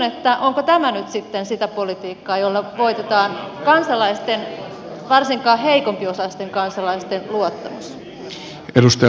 kysyn onko tämä nyt sitten sitä politiikkaa jolla voitetaan kansalaisten varsinkaan heikompiosaisten kansalaisten luottamus